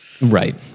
Right